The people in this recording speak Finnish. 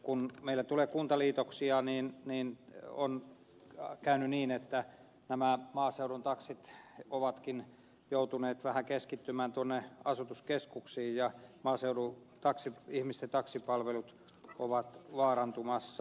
kun meillä tulee kuntaliitoksia on käynyt niin että nämä maaseudun taksit ovatkin joutuneet vähän keskittymään tuonne asutuskeskuksiin ja maaseudun ihmisten taksipalvelut ovat vaarantumassa